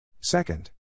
Second